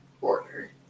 order